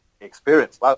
experience